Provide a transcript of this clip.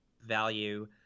value